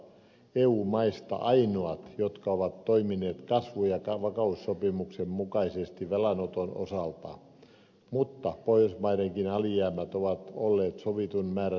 pohjoismaat ovat eu maista ainoat jotka ovat toimineet kasvu ja vakaussopimuksen mukaisesti velanoton osalta mutta pohjoismaidenkin alijäämät ovat olleet sovitun määrän ylittäviä